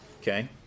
okay